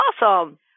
awesome